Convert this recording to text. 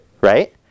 Right